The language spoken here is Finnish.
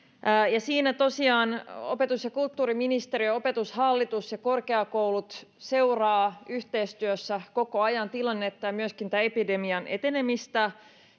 siinä tosiaan opetus ja kulttuuriministeriö opetushallitus ja korkeakoulut seuraavat yhteistyössä koko ajan tilannetta ja myöskin tämän epidemian etenemistä